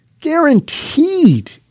guaranteed